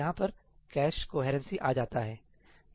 यहां पर cache coherency आ जाता है